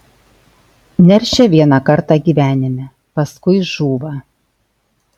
neršia vieną kartą gyvenime paskui žūva